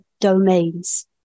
domains